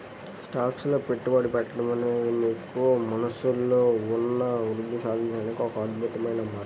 stocks లో పెట్టుబడి పెట్టడం అనేది మీకు మనస్సులో ఉన్న వృద్ధిని సాధించడానికి ఒక అద్భుతమైన మార్గం